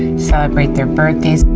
celebrate their birthdays,